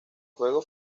juego